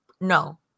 No